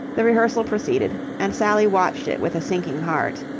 the rehearsal proceeded, and sally watched it with a sinking heart.